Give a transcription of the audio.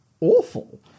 awful